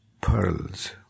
pearls